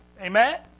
Amen